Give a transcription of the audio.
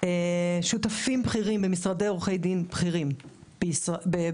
עורכי דין ששותפים בכירים במשרדי עורכי דין בכירים בעולם